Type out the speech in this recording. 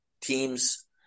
teams